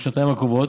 בשנתיים הקרובות.